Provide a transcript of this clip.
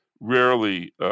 rarely